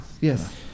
yes